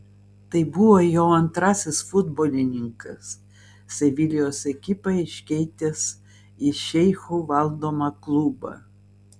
tai buvo jau antrasis futbolininkas sevilijos ekipą iškeitęs į šeichų valdomą klubą